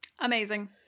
Amazing